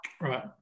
Right